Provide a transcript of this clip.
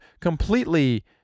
completely